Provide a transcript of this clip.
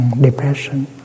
depression